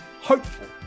hopeful